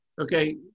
Okay